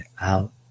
out